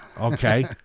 Okay